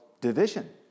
division